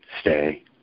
stay